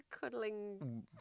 cuddling